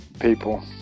people